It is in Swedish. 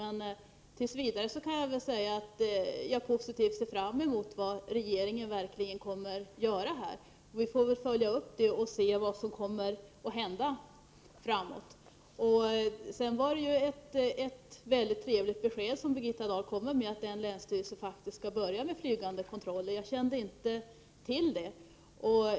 Jag ser emellertid positivt fram emot vad regeringen verkligen kommer att göra. Vi får följa upp det och se vad som kommer att hända framöver. Det var ett mycket trevligt besked som Birgitta Dahl lämnade, nämligen att en länsstyrelse faktiskt skall börja med flygande kontroller. Jag kände inte till det.